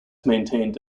maintained